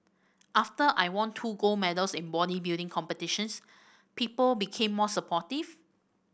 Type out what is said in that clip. after I won two gold medals in bodybuilding competitions people became more supportive